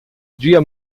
dia